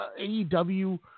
AEW